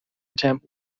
attempt